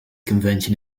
convention